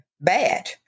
bad